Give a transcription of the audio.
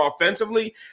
offensively